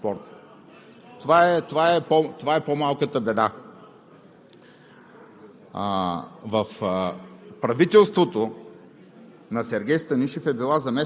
същевременно и председател на Съвета на директорите на Техноимпортекспорт. Това е по-малката беда.